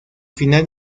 final